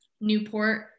Newport